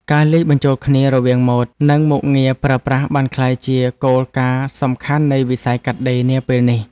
ការលាយបញ្ជូលគ្នារវាងម៉ូដ និងមុខងារប្រើប្រាស់បានក្លាយជាគោលការណ៍សំខាន់នៃវិស័យកាត់ដេរនាពេលនេះ។